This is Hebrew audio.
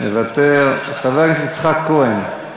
מוותר, חבר הכנסת יצחק כהן,